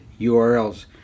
URLs